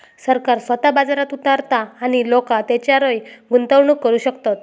सरकार स्वतः बाजारात उतारता आणि लोका तेच्यारय गुंतवणूक करू शकतत